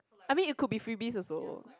I mean it could be freebies also